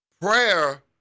Prayer